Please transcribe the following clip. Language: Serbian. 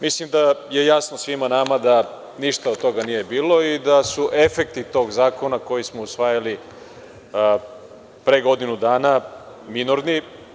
Mislim da je jasno svima nama da ništa od toga nije bilo i da su efekti tog zakona koji smo usvajali pre godinu dana minorni.